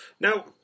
now